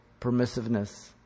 permissiveness